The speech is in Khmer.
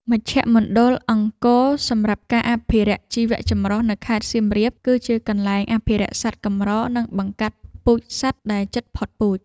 មជ្ឈមណ្ឌលអង្គរសម្រាប់ការអភិរក្សជីវៈចម្រុះ នៅខេត្តសៀមរាប គឺជាកន្លែងអភិរក្សសត្វកម្រ និងបង្កាត់ពូជសត្វដែលជិតផុតពូជ។